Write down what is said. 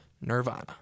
Nirvana